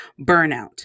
burnout